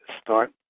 start